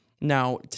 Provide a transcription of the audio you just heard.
Now